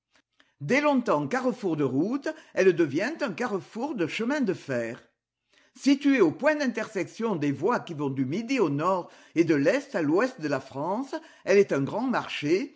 dès longtemps carrefour de routes elle devient un carrefour de chemins de fer située au point d'intersection des voies qui vont du midi au nord et de l'est à l'ouest de la france elle est un grand marché